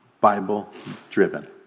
Bible-driven